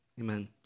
amen